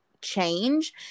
change